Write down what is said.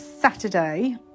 Saturday